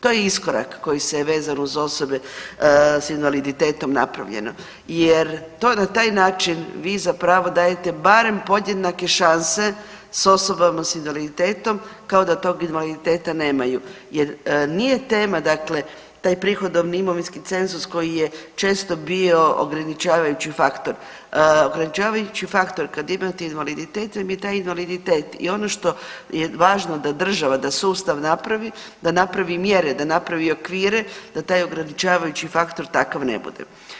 To je iskorak koji se vezan uz osobe s invaliditetom napravljeno jer to je na taj način, vi zapravo dajete barem podjednake šanse s osobama s invaliditetom, kao da tog invaliditeta nemaju jer nije tema dakle, taj prihodovni imovinski cenzus koji je često bio ograničavajući faktor, ograničavajući faktor kada imate invaliditet vam je taj invaliditet i ono što je važno da država, da sustav napravi, da napravi mjere, da napravi okvire, da taj ograničavajući faktor takav ne bude.